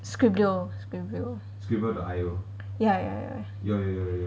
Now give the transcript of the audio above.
skribbl skribbl ya ya ya